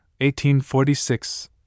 1846